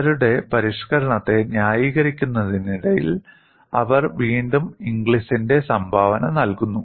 അവരുടെ പരിഷ്ക്കരണത്തെ ന്യായീകരിക്കുന്നതിനിടയിൽ അവർ വീണ്ടും ഇംഗ്ലിസിന്റെ സംഭാവന നൽകുന്നു